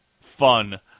fun